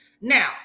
Now